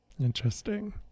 Interesting